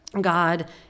God